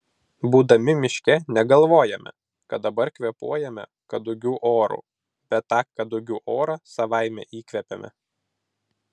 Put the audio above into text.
būdami miške negalvojame kad dabar kvėpuojame kadugių oru bet tą kadugių orą savaime įkvepiame